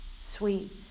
sweet